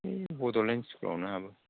बै बड'लेण्ड स्कुल आवनो हाबो